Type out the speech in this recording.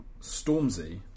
Stormzy